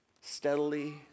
steadily